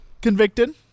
convicted